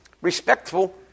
respectful